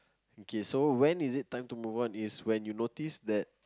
okay so when is it time to move on is when you noticed when